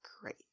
great